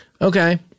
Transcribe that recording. Okay